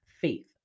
faith